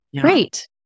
Great